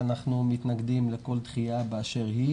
ואנחנו מתנגדים לכל דחייה באשר היא